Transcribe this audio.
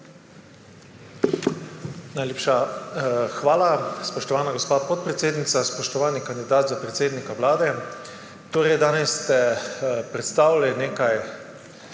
Najlepša hvala, spoštovana gospa podpredsednica. Spoštovani kandidat za predsednika Vlade! Danes ste predstavili nekaj